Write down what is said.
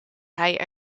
hij